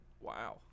Wow